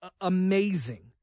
amazing